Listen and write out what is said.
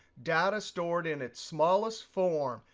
data stored in its smallest form,